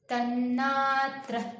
Tanatra